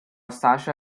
sasha